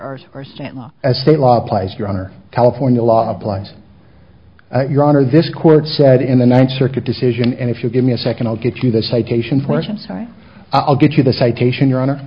laws are or stand as state law applies your honor california law applies your honor this court said in the ninth circuit decision and if you give me a second i'll get you the citation for s s i i'll get you the citation your honor